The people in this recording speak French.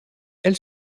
elle